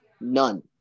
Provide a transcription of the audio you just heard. None